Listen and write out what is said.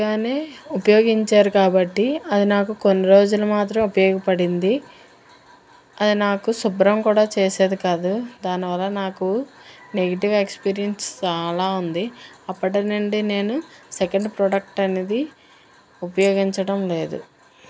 ముందుగానే ఉపయోగించారు కాబట్టి అది నాకు కొన్ని రోజులు మాత్రం ఉపయోగపడింది అది నాకు శుభ్రం కూడా చేసేది కాదు దానివల్ల నాకు నెగిటివ్ ఎక్స్పీరియన్స్ చాలా ఉంది అప్పటి నుండి నేను సెకండ్ ప్రోడక్ట్ అనేది ఉపయోగించటం లేదు